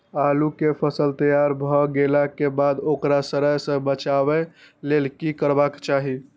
आलू केय फसल तैयार भ गेला के बाद ओकरा सड़य सं बचावय लेल की करबाक चाहि?